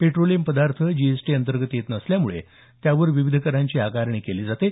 petroleum पदार्थ GST अंतर्गत येत नसल्यामुळे त्यावर विविध करांची आकारणी केली जाते